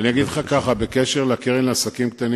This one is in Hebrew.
יש הנתונים הידועים לגבי 400,000 עסקים קטנים